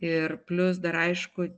ir plius dar aišku